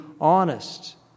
honest